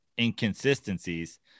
inconsistencies